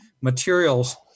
materials